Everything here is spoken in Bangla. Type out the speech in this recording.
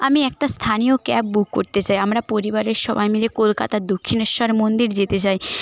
আমি একটা স্থানীয় ক্যাব বুক করতে চাই আমরা পরিবারের সবাই মিলে কলকাতার দক্ষিণেশ্বর মন্দির যেতে চাই